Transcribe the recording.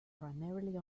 primarily